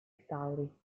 restauri